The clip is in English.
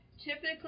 typically